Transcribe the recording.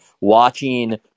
watching